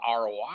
ROI